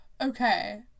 Okay